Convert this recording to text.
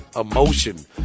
emotion